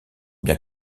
bien